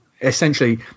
essentially